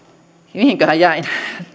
mihinköhän jäin